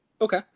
Okay